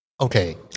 Okay